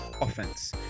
offense